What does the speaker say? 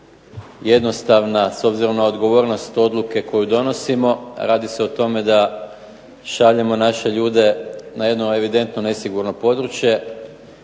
jednostavna s obzirom na odgovornost odluke koju donosimo, a radi se o tome da šaljemo naše ljude na jedno evidentno nesigurno područje.